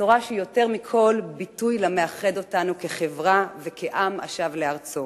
בשורה שהיא יותר מכול ביטוי למאחד אותנו כחברה וכעם השב לארצו.